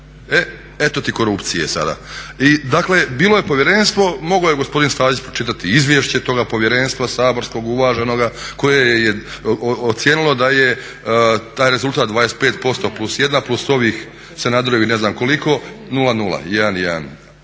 Eto ti korupcije sada. Dakle bilo je povjerenstvo, mogao je gospodin Stazić pročitati izvješće toga povjerenstva saborskog uvaženoga koje je ocijenilo da je taj rezultat 25% +1 plus ovih Sanaderovih ne znam koliko 0-0, 1-1.